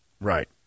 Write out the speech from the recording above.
Right